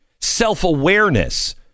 self-awareness